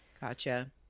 Gotcha